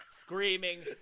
screaming